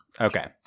okay